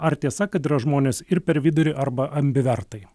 ar tiesa kad yra žmonės ir per vidurį arba ambivertai